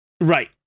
Right